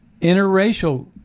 interracial